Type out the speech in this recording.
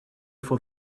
for